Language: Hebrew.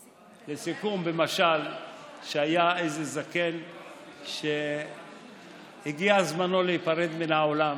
היה זקן שהגיע זמנו להיפרד מן העולם,